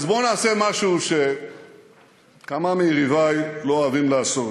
אז בואו נעשה משהו שכמה מיריבי לא אוהבים לעשות,